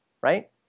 Right